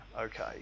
okay